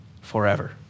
forever